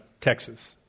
Texas